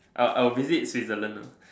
uh I will visit Switzerland lah